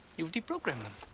you've deprogrammed them.